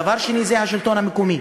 דבר שני הוא השלטון המקומי.